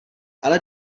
ale